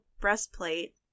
breastplate